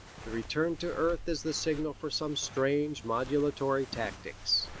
the return to earth is the signal for some strange modulatory tactics.